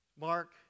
Mark